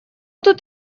тут